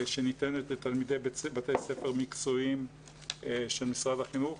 שניתנת לתלמידי בתי ספר מקצועיים של משרד החינוך,